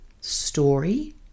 story